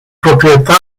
proprietà